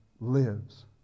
lives